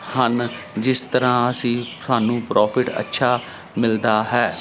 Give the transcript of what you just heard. ਹਨ ਜਿਸ ਤਰ੍ਹਾਂ ਅਸੀਂ ਸਾਨੂੰ ਪ੍ਰੋਫਿਟ ਅੱਛਾ ਮਿਲਦਾ ਹੈ